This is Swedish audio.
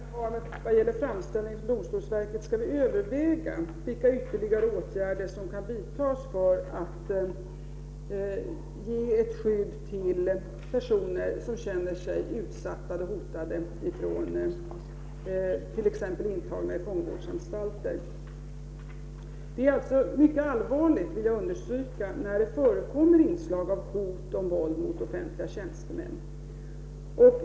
Fru talman! Inom ramen för det ärende vi behandlar när det gäller framställning till domstolsverket skall vi överväga vilka ytterligare åtgärder som kan vidtas för att ge ett skydd till personer som känner sig utsatta eller hotade ifrån t.ex. intagna på fångvårdsanstalter. Det är mycket allvarligt, vill jag understryka, när det förekommer inslag av hot om våld mot offentliga tjänstemän.